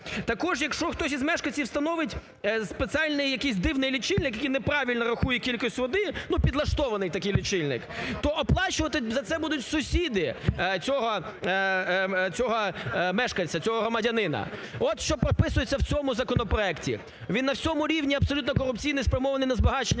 Також якщо хтось із мешканців встановить спеціальний якийсь дивний лічильник, який неправильно рахує кількість води, підлаштований такий лічильник, то оплачувати за це будуть сусіди цього мешканця, цього громадянина. От що прописується в цьому законопроекті. Він на всьому рівні абсолютно корупційний, спрямований на збагачення